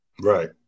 Right